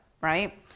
right